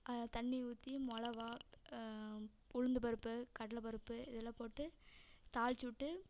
தண்ணி ஊற்றி மிளகா உளுந்து பருப்பு கடலை பருப்பு இதெல்லாம் போட்டு தாளிச்சு விட்டு